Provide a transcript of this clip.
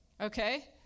Okay